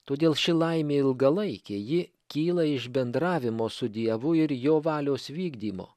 todėl ši laimė ilgalaikė ji kyla iš bendravimo su dievu ir jo valios vykdymo